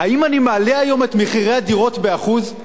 האם אני מעלה היום את מחירי הדירות ב-1%?